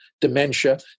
Dementia